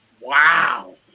Wow